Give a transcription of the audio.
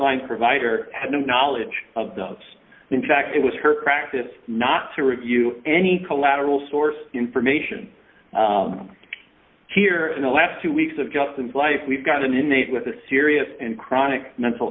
line provider had no knowledge of those in fact it was her practice not to review any collateral source information here in the last two weeks of justin's life we've got an innate with a serious and chronic mental